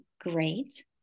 great